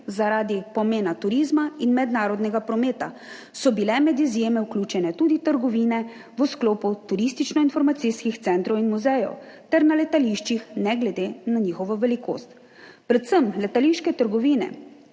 Zaradi pomena turizma in mednarodnega prometa so bile med izjeme vključene tudi trgovine v sklopu turističnoinformacijskih centrov in muzejev ter na letališčih, ne glede na njihovo velikost. Predvsem letališke trgovine,